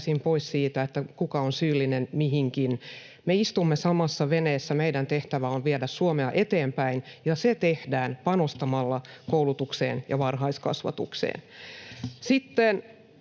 me päästäisiin pois siitä, kuka on syyllinen mihinkin. Me istumme samassa veneessä, meidän tehtävä on viedä Suomea eteenpäin, ja se tehdään panostamalla koulutukseen ja varhaiskasvatukseen.